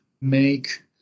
make